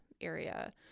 area